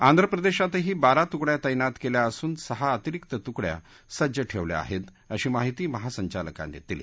ाध्र प्रदेशातही बारा तुकड्या तैनात केल्या असून सहा अतिरिक्त तुकड्या सज्ज ठेवल्या हेत अशी माहिती महासंचालकांनी दिली